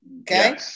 Okay